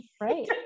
Right